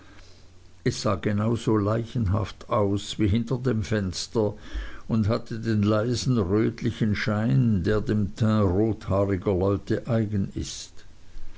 sah genau so leichenhaft aus wie hinter dem fenster und hatte den leisen rötlichen schein der dem teint rothaariger leute eigen ist